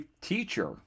teacher